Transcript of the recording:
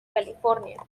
california